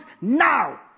now